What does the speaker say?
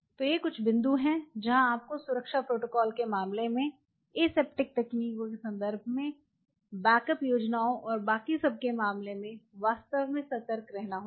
तो ये कुछ बिंदु हैं जहां आपको सुरक्षा प्रोटोकॉल के मामले में एसेप्टिक तकनीकों के संदर्भ में बैकअप योजनाओं और बाकि सब के मामले में वास्तव में सतर्क रहना होगा